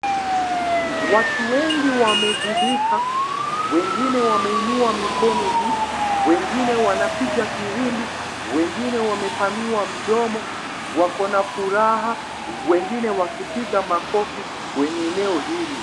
Watu wengi wameghubika, wengine wameinua mikono juu, wengine wanapiga firimbi, wengine wamepanua midomo wako na furaha, wengine wakipiga makofi kwenye eneo hili.